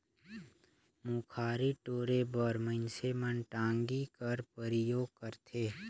मुखारी टोरे बर मइनसे मन टागी कर परियोग करथे